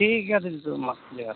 ᱴᱷᱤᱠ ᱜᱮᱭᱟ ᱠᱤᱱᱛᱩ ᱢᱟ ᱡᱚᱦᱟᱨ